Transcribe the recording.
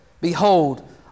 Behold